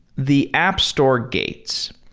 the app store gates.